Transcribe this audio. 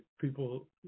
people